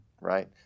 Right